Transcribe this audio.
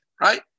right